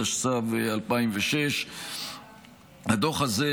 התשס"ו 2006. הדוח הזה,